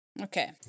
Okay